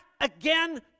again